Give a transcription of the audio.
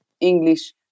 English